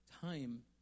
time